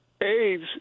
AIDS